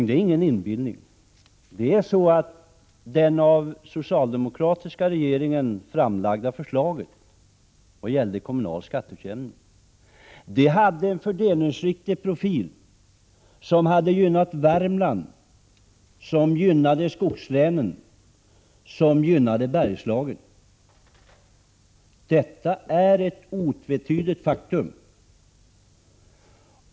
Det är ingen inbillning, Jan Hyttring, att det av den socialdemokratiska regeringen framlagda förslaget vad gäller skatteutjämningen hade en fördelningsriktig profil som gynnade Värmland, skogslänen och Bergslagen. Detta är ett otvetydigt faktum.